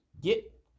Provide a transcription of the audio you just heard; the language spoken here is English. get